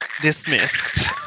dismissed